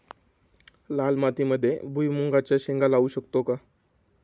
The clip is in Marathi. लाल मातीमध्ये भुईमुगाच्या शेंगा लावू शकतो का?